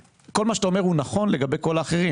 כל מה שאתה אומר הוא נכון לגבי כל האחרים,